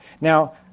Now